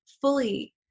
fully